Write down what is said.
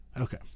okay